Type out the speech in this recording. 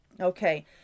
Okay